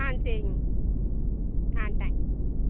ஆ சரிங்க ஆ டங்க்ஸ்